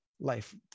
life